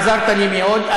עזרת לי מאוד.